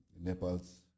Nepal's